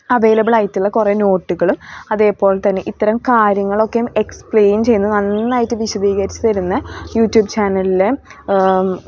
available ആയിട്ടുള്ള കുറേ നോട്ടുകൾ അതേപോലെ തന്നെ ഇത്തരം കാര്യങ്ങളൊക്കെയും എക്സ്പ്ലൈൻ ചെയ്യുന്നത് നന്നായിട്ട് വിശദീകരിച്ച് തരുന്ന യൂട്യൂബ് ചാനലിലെ